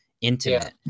intimate